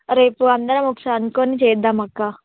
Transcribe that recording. రేపు అందరం ఒక సంతకాన్ని చేద్దామ అక్క